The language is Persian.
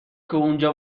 اونجا